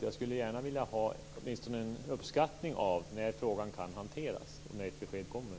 Jag skulle gärna vilja ha åtminstone en uppskattning av när frågan kan hanteras och när ett besked kommer.